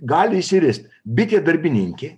gali išsirist bitė darbininkė